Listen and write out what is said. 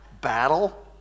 battle